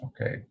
Okay